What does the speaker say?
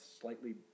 slightly